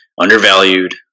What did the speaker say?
undervalued